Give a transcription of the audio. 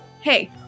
Hey